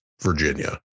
virginia